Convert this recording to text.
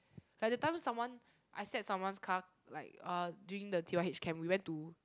like that time someone I sat someone's car like uh during the t_y_h camp we went to